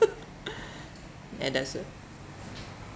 and that's it